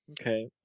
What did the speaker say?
Okay